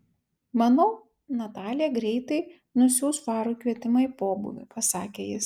manau natalija greitai nusiųs farui kvietimą į pobūvį pasakė jis